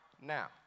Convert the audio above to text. now